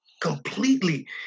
completely